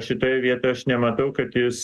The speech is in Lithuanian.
šitoje vietoje aš nematau kad jis